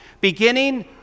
beginning